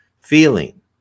feeling